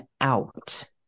out